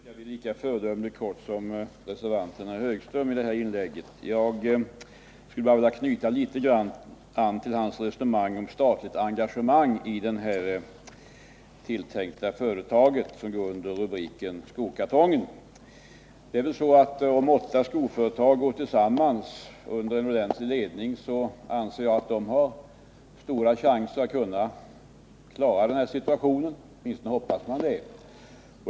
Herr talman! Jag skall bli lika föredömligt kort i mitt inlägg som reservanten Ivar Högström var. Jag skulle bara något vilja knyta an till hans resonemang om statligt engagemang i det här tilltänkta företaget som går under namnet Skokartongen. Om åtta skoföretag går tillsammans under en seriös huvudman anser jag att de har stora chanser att kunna kiara situationen.